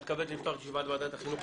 אני מתכבד לפתוח את ישיבת ועדת החינוך,